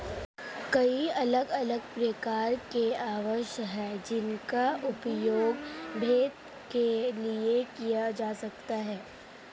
कई अलग अलग प्रकार के आवास हैं जिनका उपयोग भेड़ के लिए किया जा सकता है